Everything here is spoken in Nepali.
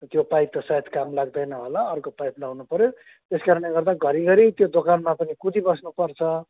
त्यो पाइप त सायद काम लाग्दैन होला अर्को पाइप लाउनु पर्यो त्यसकारणले गर्दा घरिघरि त्यो दोकानमा पनि कुदिबस्नु पर्छ